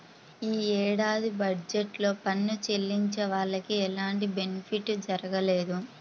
యీ ఏడాది బడ్జెట్ లో పన్ను చెల్లించే వాళ్లకి ఎలాంటి బెనిఫిట్ జరగలేదు